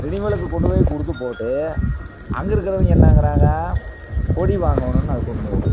ரினிவலுக்கு கொண்டு போய் கொடுத்து போட்டு அங்கே இருக்கிறவுய்ங்க என்னாங்கிறாங்க கொடி வாங்கணும்னு அதுக்கொரு நூறு